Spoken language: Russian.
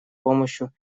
помощью